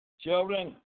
children